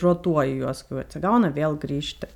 rotuoji juos kai jau atsigauna vėl grįžti